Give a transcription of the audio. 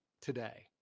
today